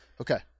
Okay